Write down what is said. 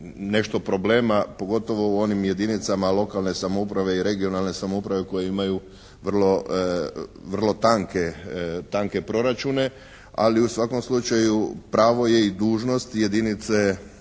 nešto problema, pogotovo u onim jedinicama lokalne samouprave i regionalne samouprave koje imaju vrlo tanke proračune, ali u svakom slučaju pravo je i dužnost jedinice